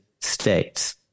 States